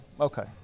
Okay